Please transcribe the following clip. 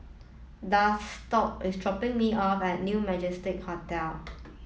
Daxton is dropping me off at New Majestic Hotel